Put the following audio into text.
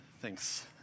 Thanks